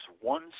one